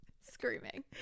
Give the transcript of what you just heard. screaming